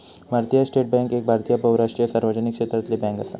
भारतीय state bank एक भारतीय बहुराष्ट्रीय सार्वजनिक क्षेत्रातली बॅन्क असा